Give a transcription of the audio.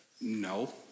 no